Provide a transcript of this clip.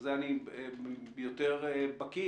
שבזה אני יותר בקיא,